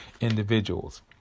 individuals